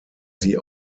sie